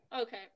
Okay